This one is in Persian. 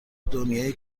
دنیای